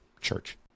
church